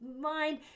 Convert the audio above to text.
mind